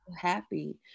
happy